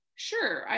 sure